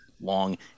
long